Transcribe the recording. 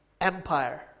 Empire